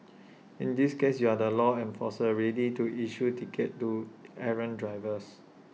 in this case you are the law enforcer ready to issue tickets to errant drivers